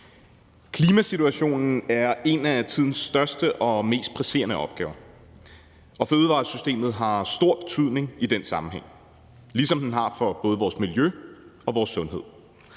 Klimasituationen er en af tidens største og mest presserende opgaver, og fødevaresystemet har stor betydning i den sammenhæng, ligesom den har for både vores miljø og vores sundhed.